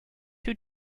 two